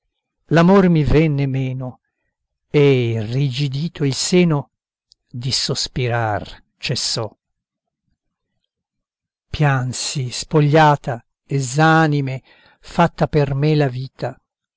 l'amor mi venne meno e irrigidito il seno di sospirar cessò piansi spogliata esanime fatta per me la vita